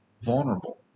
vulnerable